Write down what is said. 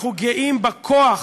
אנחנו גאים בכוח